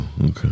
Okay